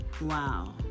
Wow